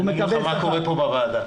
אגיד לך מה קורה פה בוועדה,